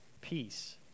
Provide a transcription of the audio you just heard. Peace